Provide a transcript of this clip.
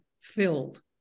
filled